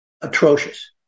Atrocious